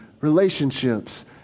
relationships